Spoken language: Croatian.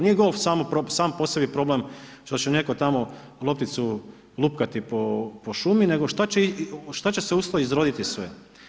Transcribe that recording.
Nije golf sam po sebi problem što će netko tamo lopticu lupkati po šumi nego šta će se uz to izroditi sve.